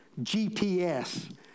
GPS